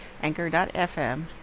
anchor.fm